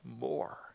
more